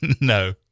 No